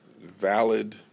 valid